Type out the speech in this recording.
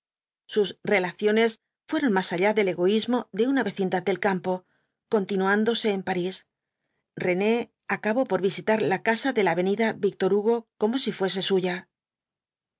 sus relaciones fueron más allá del egoísmo de una vecindad del campo continuándose en parís rene acabó por visitar la casa de la avenida víctor hugo como si fuese suya las